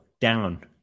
Down